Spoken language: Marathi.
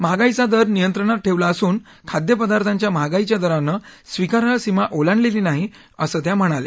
महागाईचा दर नियंत्रणात ठेवला असून खाद्यपदार्थांच्या महागाईच्या दरानं स्विकाराई सीमा ओलांडलेली नाही असं त्या म्हणाल्या